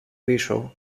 πίσω